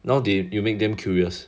now then you make them curious